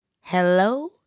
Hello